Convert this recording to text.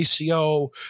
ACO